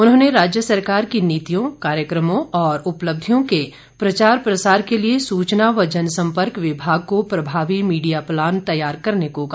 उन्होंने राज्य सरकार की नीतियों कार्यक्रमों और उपलब्धियों के प्रचार प्रसार के लिए सूचना व जनसम्पर्क विभाग को प्रभावी मीडिया प्लान तैयार करने को कहा